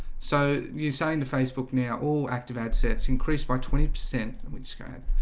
so you say in the facebook near all active ad sets increased by twenty percent than we described